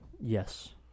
Yes